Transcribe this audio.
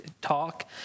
talk